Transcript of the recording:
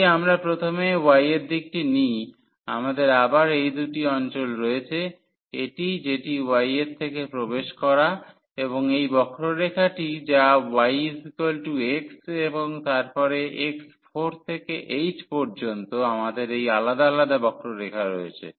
যদি আমরা প্রথমে y এর দিকটি নিই আমাদের আবার এই দুটি অঞ্চল রয়েছে এটি যেটি y এর থেকে প্রবেশ করা এবং এই বক্ররেখাটি যা yx এর তারপরে x 4 থেকে 8 পর্যন্ত আমাদের এই আলাদা আলাদা বক্ররেখা রয়েছে